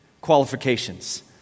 qualifications